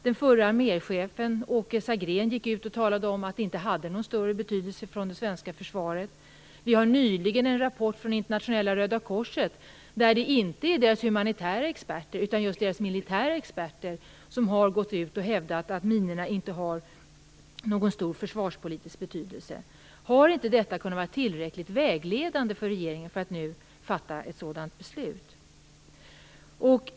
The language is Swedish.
Den förre arméchefen Åke Sagrén gick ut och talade om att minorna inte hade någon större betydelse för det svenska försvaret. Vi fick nyligen en rapport från Internationella Röda korset, där inte deras humanitära utan just deras militära experter har gått ut och hävdat att minorna inte har någon stor försvarspolitisk betydelse. Har inte detta kunnat vara tillräckligt vägledande för att regeringen nu skulle fatta ett sådant beslut?